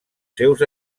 seus